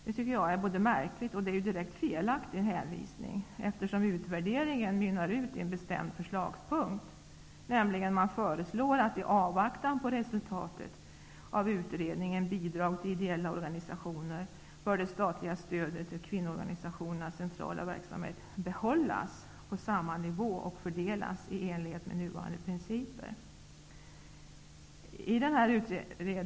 Det är en märklig och direkt felaktig hänvisning, eftersom utvärderingen mynnar ut i en bestämd förslagspunkt, nämligen att i avvaktan på resultatet av utredningen Bidrag till ideella organisationer bör det statliga stödet till kvinnoorganisationernas centrala verksamhet behållas på samma nivå och fördelas i enlighet med nuvarande principer.